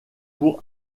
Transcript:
pour